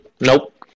Nope